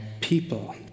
people